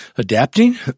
adapting